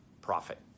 Profit